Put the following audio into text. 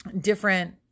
different